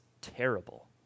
terrible